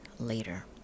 later